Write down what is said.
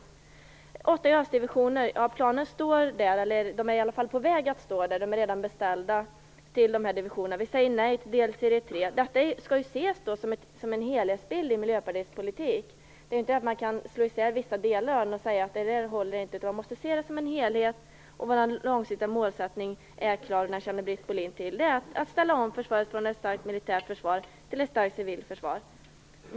Beträffande de åtta JAS-divisionerna: Planen står där eller är i varje fall på väg till de aktuella divisionerna. De är redan beställda. Vi säger nej till delserie 3. Detta skall ses som en helhet i Miljöpartiets politik. Man kan inte ta bort vissa delar av den och säga: Det där håller inte. Man måste se vår politik som en helhet. Vår långsiktiga målsättning är klar, och den känner Britt Bohlin till. Den är att ställa om från ett starkt militärt försvar till ett starkt civilt försvar.